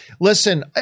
listen